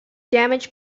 damage